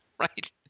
Right